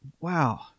wow